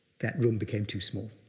that room became too small,